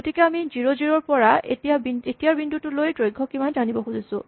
গতিকে আমি ০ ০ ৰ পৰা এতিয়াৰ বিন্দুটোলৈ দৈৰ্ঘ কিমান জানিব খুজিছোঁ